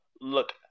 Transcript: look